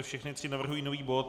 Všechny tři navrhují nový bod.